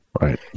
Right